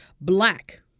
black